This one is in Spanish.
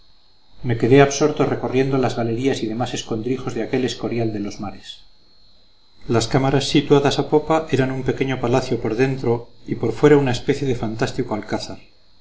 me quedé absorto recorriendo las galerías y demás escondrijos de aquel escorial de los mares las cámaras situadas a popa eran un pequeño palacio por dentro y por fuera una especie de fantástico alcázar